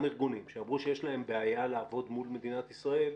ארגונים שאמרו שיש להם בעיה לעבוד מול מדינת ישראל,